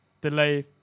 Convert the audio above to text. delay